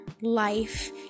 life